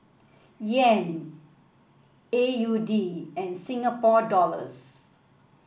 Yen A U D and Singapore Dollars